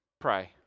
pray